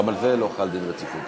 הממשלה על רצונה להחיל דין רציפות על